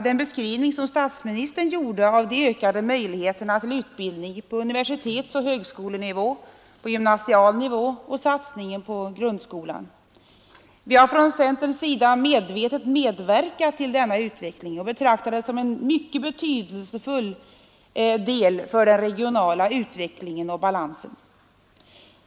Den beskrivning som statsministern gjorde av de ökade möjligheterna till utbildning på universitetsoch högskolenivå och på gymnasial nivå samt satsningen på grundskolan vill jag här gärna bekräfta. Vi har från centerns sida medvetet medverkat till denna utveckling och betraktar den som en betydelsefull del av den regionala utvecklingen och balansen.